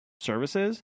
services